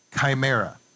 chimera